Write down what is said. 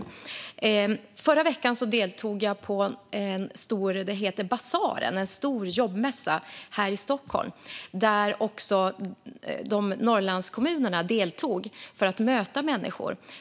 I förra veckan deltog jag på en stor jobbmässa som heter Bazaren här i Stockholm. Där deltog också Norrlandskommunerna för att möta människor.